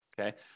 okay